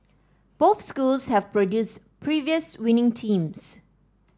both schools have produced previous winning teams